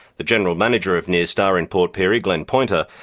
the general manager of nyrstar in port pirie, glenn poynter,